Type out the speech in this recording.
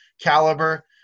caliber